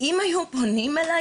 שאם היו פונים אליי,